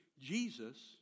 Jesus